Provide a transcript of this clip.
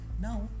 Now